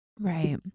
Right